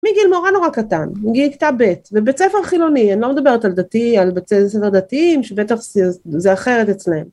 מגיל מורה נורא קטן, מגיל כתב ב', בבית ספר חילוני, אני לא מדברת על דתי, על בית ספר דתיים שבטח זה אחרת אצלהם